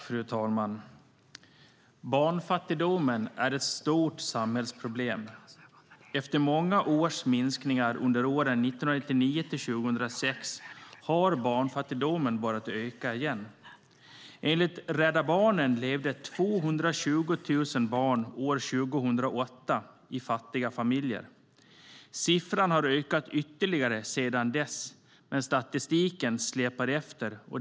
Fru talman! Barnfattigdomen är ett stort samhällsproblem. Efter många års minskningar - åren 1999-2006 - har barnfattigdomen börjat öka igen. Enligt Rädda Barnen levde 220 000 barn år 2008 i fattiga familjer. Antalet har ökat ytterligare sedan dess, men statistiken släpar efter.